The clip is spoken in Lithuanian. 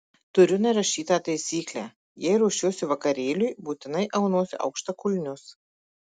turiu nerašytą taisyklę jei ruošiuosi vakarėliui būtinai aunuosi aukštakulnius